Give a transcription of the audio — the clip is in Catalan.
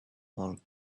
vol